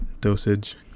dosage